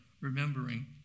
remembering